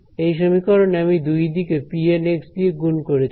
এই সমীকরণে আমি দুই দিকে pN দিয়ে গুন করেছি